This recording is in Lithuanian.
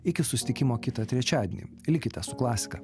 iki susitikimo kitą trečiadienį likite su klasika